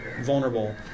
vulnerable